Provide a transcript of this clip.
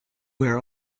her